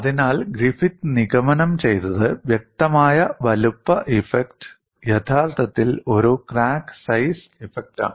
അതിനാൽ ഗ്രിഫിത്ത് നിഗമനം ചെയ്തത് വ്യക്തമായ വലുപ്പ ഇഫക്റ്റ് യഥാർത്ഥത്തിൽ ഒരു ക്രാക്ക് സൈസ് ഇഫക്റ്റാണ്